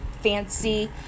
fancy